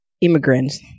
immigrants